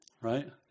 Right